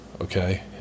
okay